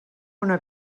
una